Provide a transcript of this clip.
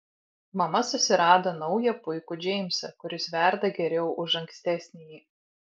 mama susirado naują puikų džeimsą kuris verda geriau už ankstesnįjį